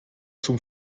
zum